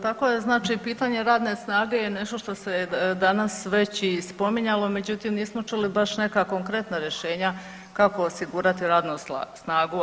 Kako je znači pitanje radne snage je nešto se danas već i spominjalo međutim nismo čuli baš neka konkretna rješenja kako osigurati radnu snagu.